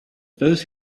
those